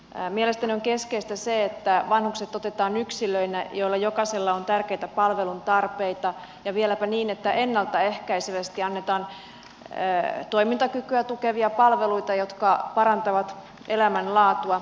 mielestäni on keskeistä se että vanhukset otetaan yksilöinä joilla jokaisella on tärkeitä palveluntarpeita ja vieläpä niin että ennalta ehkäisevästi annetaan toimintakykyä tukevia palveluita jotka parantavat elämänlaatua